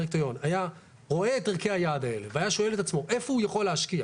היה רואה את ערכי היעד האלה והיה שואל את עצמו איפה הוא יכול להשקיע